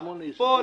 פה,